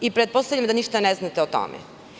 Pretpostavljam da ništa ne znate o tome.